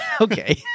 Okay